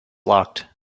locked